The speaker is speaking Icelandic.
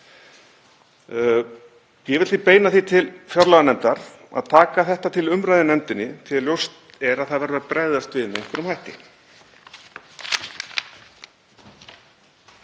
Ég vil því beina því til fjárlaganefndar að taka þetta til umræðu í nefndinni því að ljóst er að það verður að bregðast við með einhverjum hætti.